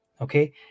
okay